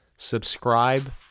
subscribe